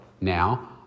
now